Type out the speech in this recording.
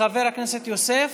חבר הכנסת יוסף,